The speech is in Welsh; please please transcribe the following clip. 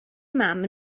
mam